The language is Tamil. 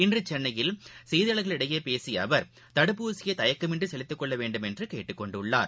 இன்று சென்னையில் செய்தியாளர்களிடம் பேசிய அவர் தடுப்பூசியை தயக்கமின்றி செலுத்திக் கொள்ள வேண்டுமென்று கேட்டுக் கொண்டுள்ளார்